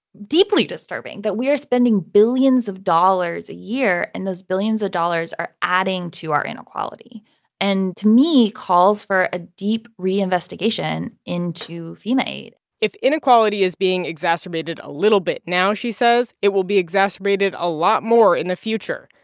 deeply disturbing that we are spending billions of dollars a year. and those billions of dollars are adding to our inequality and, to me, calls for a deep reinvestigation into fema aid if inequality is being exacerbated a little bit now, she says, it will be exacerbated a lot more in the future.